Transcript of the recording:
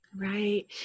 Right